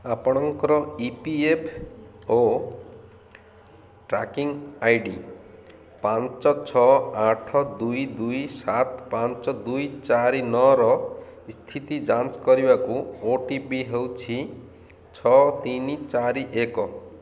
ଆପଣଙ୍କର E P F O tracking I D ପାଞ୍ଚ ଛଅ ଆଠ ଦୁଇ ଦୁଇ ସାତ ପାଞ୍ଚ ଦୁଇ ଚାରି ନଅର ସ୍ଥିତି ଯାଞ୍ଚ କରିବାକୁ ଓ ଟି ପି ହେଉଛି ଛଅ ତିନି ଚାରି ଏକ